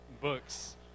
books